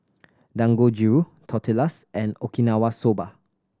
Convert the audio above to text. Dangojiru Tortillas and Okinawa Soba